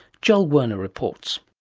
joel werner reports.